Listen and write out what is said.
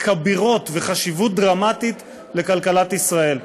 כבירות וחשיבות דרמטית לכלכלת ישראל.